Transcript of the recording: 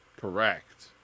Correct